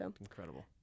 Incredible